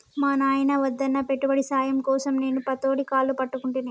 మా నాయిన వద్దన్నా పెట్టుబడి సాయం కోసం నేను పతోడి కాళ్లు పట్టుకుంటిని